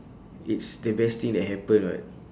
it's the best thing that happen [what]